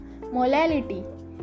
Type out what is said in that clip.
Molality